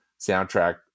soundtrack